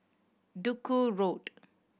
Duku Road